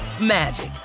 magic